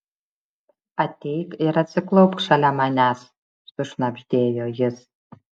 ateik ir atsiklaupk šalia manęs sušnabždėjo jis